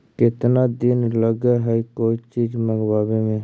केतना दिन लगहइ कोई चीज मँगवावे में?